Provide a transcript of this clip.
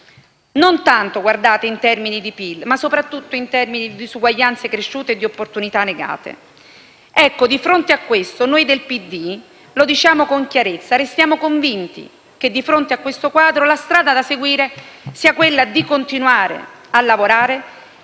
non tanto in termini di PIL ma soprattutto in termini di disuguaglianze cresciute e di opportunità negate. Ecco, noi del PD lo diciamo con chiarezza: restiamo convinti che, di fronte a questo quadro, la strada da seguire sia quella di continuare a lavorare